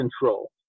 control